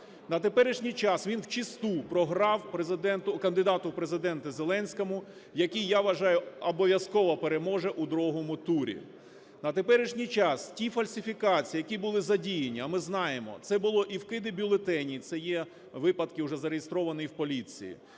На теперішній час він вчисту програв Президенту… кандидату в ПрезидентиЗеленському, який, я вважаю, обов'язково переможе у другому турі. На теперішній час ті фальсифікації, які були задіяні – а ми знаємо, це були і вкиди бюлетенів, це є вже випадки, зареєстровані і в поліції,